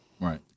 Right